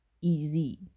easy